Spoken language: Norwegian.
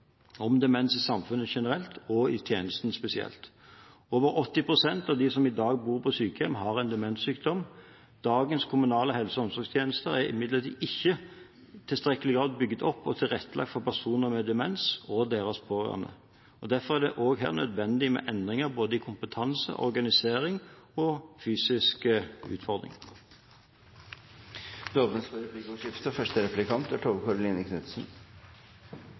om demens i samfunnet generelt og i tjenesten spesielt. Over 80 pst. av dem som i dag bor på sykehjem, har en demenssykdom. Dagens kommunale helse- og omsorgstjenester er imidlertid ikke i tilstrekkelig grad bygget opp og tilrettelagt for personer med demens og deres pårørende. Derfor er det òg her nødvendig med endringer både i kompetanse, organisering og fysisk utfolding. Det blir replikkordskifte.